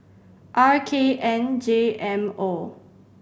R K N J M O